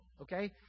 okay